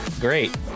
Great